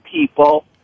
people